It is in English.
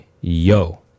Yo